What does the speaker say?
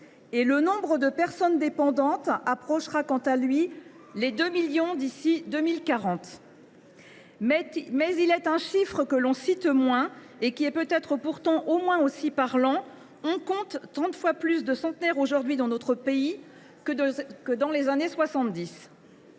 Le nombre de personnes dépendantes approchera quant à lui les 2 millions d’ici à 2040. Il est un chiffre que l’on cite moins, et qui est peut être, pourtant, au moins aussi parlant : on compte trente fois plus de centenaires aujourd’hui dans notre pays que dans les années 1970.